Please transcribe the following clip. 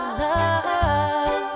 love